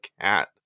cat